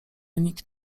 nikt